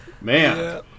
Man